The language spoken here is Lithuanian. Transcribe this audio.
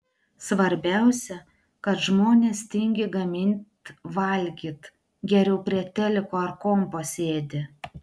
svarbiausia kad žmonės tingi gamint valgyt geriau prie teliko ar kompo sėdi